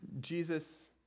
Jesus